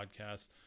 podcast